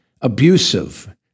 abusive